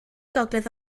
gogledd